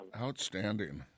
Outstanding